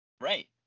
Right